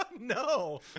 no